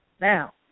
now